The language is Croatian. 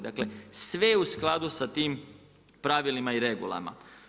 Dakle sve je u skladu sa tim pravilima i regulama.